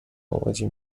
مواجه